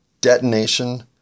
detonation